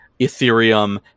Ethereum